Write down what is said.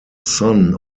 son